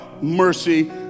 mercy